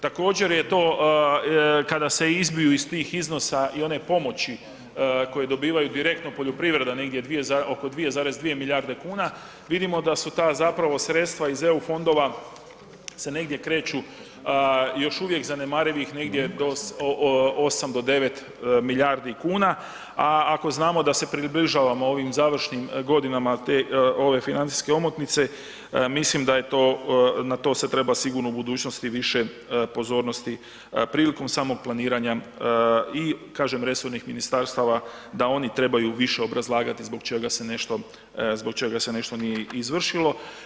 Također, je to kada se izbiju iz tih iznosa i one pomoći koje dobivaju direktno poljoprivreda negdje oko 2,2 milijarde kuna vidimo da su ta zapravo sredstva iz EU fondova se negdje kreću još uvijek zanemarivih negdje do 8 do 9 milijardi kuna, a ako znamo da se približavamo ovim završnim godinama te ove financijske omotnice mislim da je to, na to se treba sigurno u budućnosti više pozornosti prilikom samog planiranja i kažem resornih ministarstava da oni trebaju više obrazlagati zbog čega se nešto, zbog čega se nešto nije izvršilo.